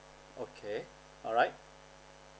okay alright